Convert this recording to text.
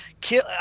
kill